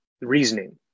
reasoning